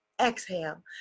exhale